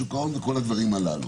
שוק ההון וכל הדברים הללו.